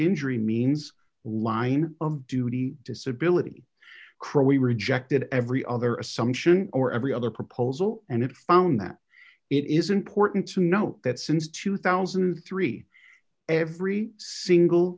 injury means line of duty disability crow we rejected every other assumption or every other proposal and it found that it is important to note that since two thousand and three every single